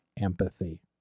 empathy